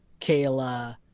Kayla